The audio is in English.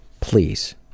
Please